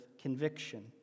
conviction